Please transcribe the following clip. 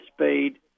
speed